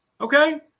okay